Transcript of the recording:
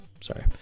sorry